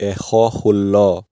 এশ ষোল্ল